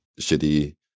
shitty